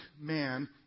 man